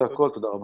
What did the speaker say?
זה הכול, תודה רבה.